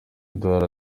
edouard